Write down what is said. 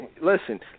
Listen